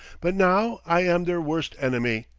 but now i am their worst enemy!